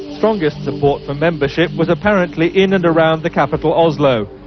strongest support for membership was apparently in and around the capital oslo.